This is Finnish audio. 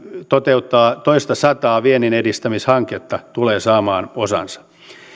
toteuttaa toistasataa vienninedistämishanketta tulee saamaan osansa